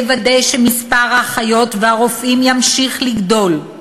לוודא שמספר האחיות והרופאים ימשיך לגדול,